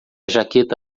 jaqueta